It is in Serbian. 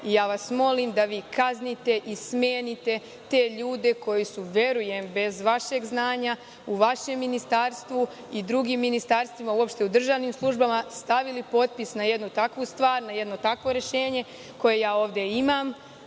plaćanja. Molim vas da kaznite i smenite te ljude koji su, verujem, bez vašeg znanja u vašem ministarstvu i drugim ministarstvima, uopšte u državnim službama, stavili potpis na jednu takvu stvar, na jedno takvo rešenje koje ja ovde imam,